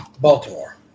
Baltimore